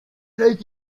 think